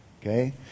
Okay